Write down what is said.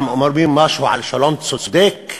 גם אומרים משהו על שלום צודק,